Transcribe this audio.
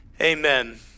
Amen